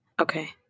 Okay